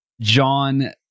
John